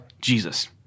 Jesus